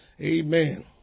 Amen